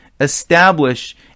Establish